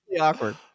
awkward